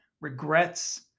regrets